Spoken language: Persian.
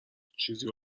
چیزی